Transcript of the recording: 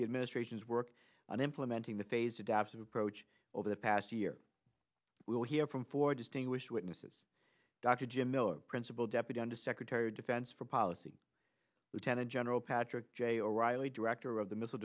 the administration's work on implementing the phased adaptive approach over the past year we will hear from four distinguished witnesses dr jim miller principal deputy undersecretary of defense for policy lieutenant general patrick j o reilly director of the missile